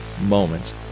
moment